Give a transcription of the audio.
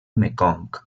mekong